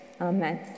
amen